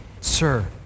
Sir